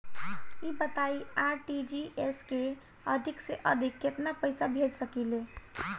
ई बताईं आर.टी.जी.एस से अधिक से अधिक केतना पइसा भेज सकिले?